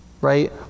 Right